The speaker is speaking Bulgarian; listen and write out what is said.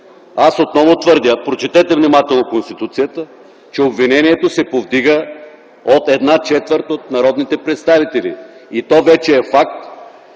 Аз отново твърдя – прочетете внимателно Конституцията – че обвинението се повдига от една четвърт от народните представители. И то вече е факт.